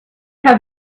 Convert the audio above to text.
have